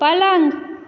पलङ्ग